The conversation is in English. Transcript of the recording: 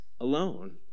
alone